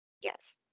Yes